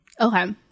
Okay